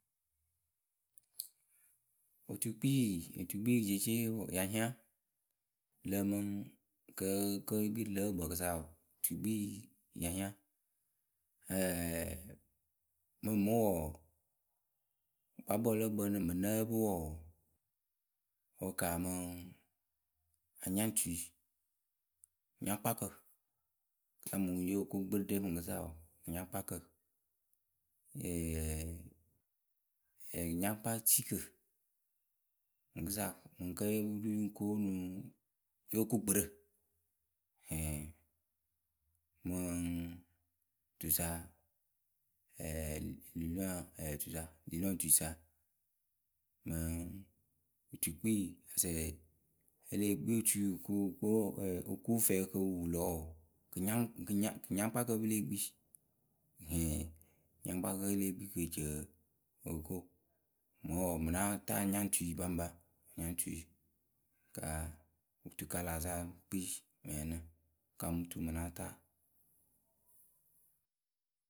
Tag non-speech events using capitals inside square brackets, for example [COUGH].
Otukpii, otukpii jeece ya hiaŋ wǝ lǝǝmɨ Kǝ kǝ́ yǝ kpii rɨ lǝ̌ ǝkpǝǝkǝ sa wǝǝ, otukpii ya hiaŋ. [HESITATION] Mɨŋ ŋmɨ wɔɔ, wǝkpakpǝ lǝ gbǝ ŋmɨ ŋ́ nǝ́ǝ pɩ wɔɔ, wǝkaamɨ anyaŋtui, nyaŋkpakǝ rɛɛwǝ mǝŋ yoh ko gbɨɖɛ minkɨsa wɔɔ. nyaŋkpakǝ [HESITATION] nyaŋkpatikǝ mǝŋkɨsa mɨŋ kǝ́ yóo ru yǝ ŋ ko onuŋ yo ko gbɨrǝ [HESITATION] mǝŋ tusa ɛɛ nilontuisa mǝŋ otukpii asɛ e leh kpii otui o ko fɛɛ kɨ pɨ pu lǝ̈ wǝǝ, kɨnyaŋkpakǝ wǝ́ pɨ lée kpii [HESITATION] kɨnyaŋkpakǝ wǝ́ e lée kpii kɨ e ci o ko ŋmǝ wɔɔ ŋmǝ ŋ́ náa taa anyaŋtui baŋpa anyaŋtui kaa otukalayǝ sa yǝ kpii mǝ ǝyǝ ǝnɨ kaa mɨ tuu ŋmǝ náa taa.